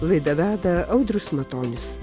laidą veda audrius matonis